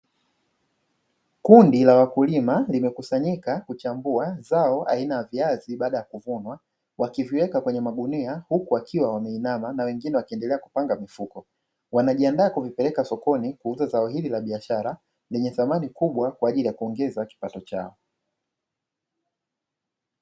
Kundi la wakulima limekusanyika kuchambua zao la viazi baada ya kuvunwa, wakiviweka kwenye magunia, huku wakiwa wameendelea kuinama na wengine wakiendelea kupanga mifuko. Wanajiandaa kuzipeleka sokoni kuuza zao hili la biashara lenye thamani kubwa kwaajili ya kuongeza kipato chao.